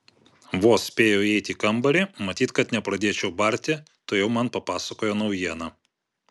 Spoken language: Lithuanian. vos spėjau įeiti į kambarį matyt kad nepradėčiau barti tuojau man papasakojo naujieną